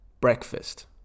breakfast